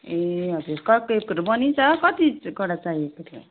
ए हजुर कप केकहरू बनिन्छ कतिवटा चाहिएको थियो